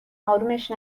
آرومش